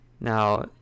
Now